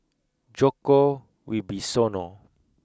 Djoko Wibisono